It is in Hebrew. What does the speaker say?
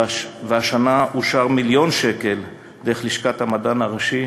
והשנה אושרו מיליון שקלים דרך לשכת המדען הראשי